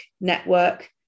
network